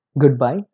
Goodbye